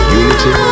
unity